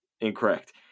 incorrect